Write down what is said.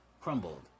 crumbled